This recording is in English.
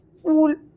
fool